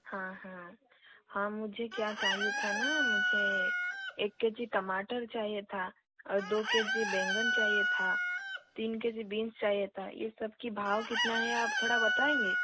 हाँ हाँ हाँ मुझे क्या चाहिए था ना मुझे एक के जी टमाटर चाहिए था और दो के जी बैंगन चाहिए था तीन के जी बीन्स चाहिए था ये सब का भाव कितना है आप थोड़ा बताएंगे